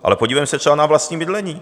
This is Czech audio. Ale podívejme se třeba na vlastní bydlení.